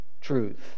truth